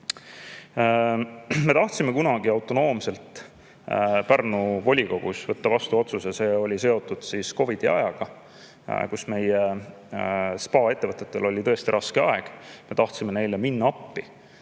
Me tahtsime kunagi autonoomselt Pärnu volikogus võtta vastu otsuse, mis oli seotud COVID-i ajaga. Meie spaa-ettevõtetel oli tõesti raske aeg. Me tahtsime neile appi